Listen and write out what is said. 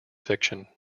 fiction